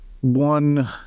one